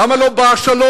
למה לא בא השלום?